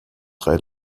drei